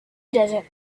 desert